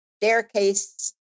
staircase